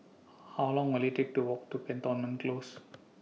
How Long Will IT Take to Walk to Cantonment Close